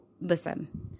listen